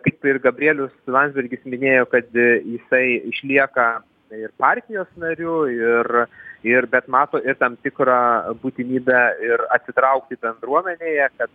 tai ir gabrielius landsbergis minėjo kad jisai išlieka ir partijos narių ir ir bet mato ir tam tikrą būtinybę ir atsitraukti bendruomenėje kad